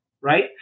right